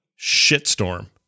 shitstorm